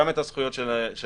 גם את הזכויות של המיעוט,